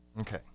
Okay